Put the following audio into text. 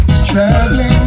struggling